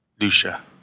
Lucia